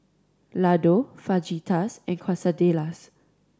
Ladoo Fajitas and Quesadillas